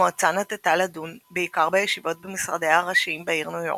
המועצה נטתה לדון בעיקר בישיבות במשרדיה הראשיים בעיר ניו יורק.